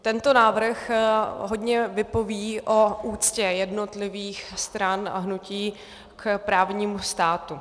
Tento návrh hodně vypoví o úctě jednotlivých stran a hnutí k právnímu státu.